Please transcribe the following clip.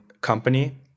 company